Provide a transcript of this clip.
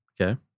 Okay